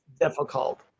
difficult